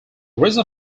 reason